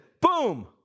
Boom